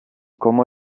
como